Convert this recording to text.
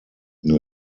new